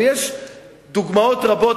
ויש דוגמאות רבות,